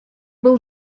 был